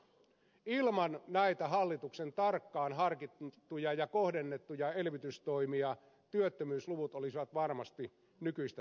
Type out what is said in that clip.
ilman näitä hallituksen tarkkaan harkittuja ja kohdennettuja elvytystoimia työttömyysluvut olisivat varmasti nykyistä synkemmät